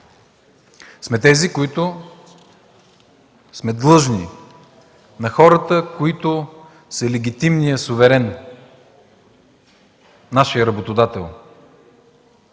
институция сме длъжни на хората, които са легитимният суверен – нашият работодател.